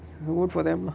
good for them